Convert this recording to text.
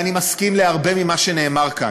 אני מסכים עם הרבה ממה שנאמר כאן,